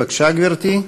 בבקשה, גברתי.